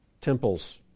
temples